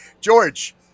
George